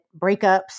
breakups